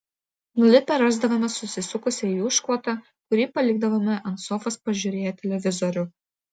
nulipę rasdavome susisukusią į užklotą kurį palikdavome ant sofos pažiūrėję televizorių